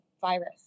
virus